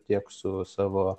tiek su savo